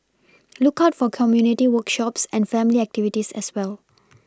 look out for community workshops and family activities as well